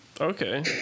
Okay